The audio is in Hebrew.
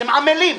אתם עמלים.